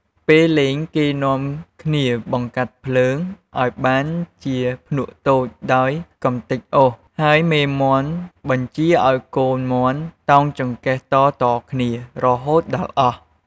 ពេលលេង គេនាំគ្នាបង្កាត់ភ្លើងឲ្យបានជាភ្នក់តូច ដោយកំទេចអុស ហើយមេមាន់បញ្ជាឲ្យកូនមាន់តោងចង្កេះតៗគ្នា រហូតដល់អស់់។